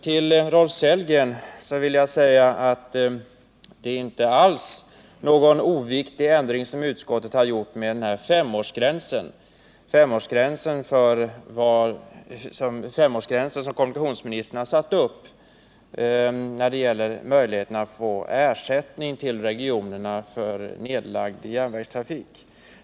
Till Rolf Sellgren vill jag säga att det inte alls är någon oviktig ändring utskottet har gjort när det gäller den femårsgräns som kommunikationsministern har satt upp för möjligheterna för regionerna att få ersättning för nedlagd järnvägstrafik.